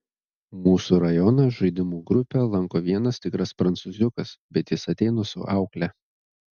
mūsų rajono žaidimų grupę lanko vienas tikras prancūziukas bet jis ateina su aukle